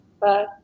Bye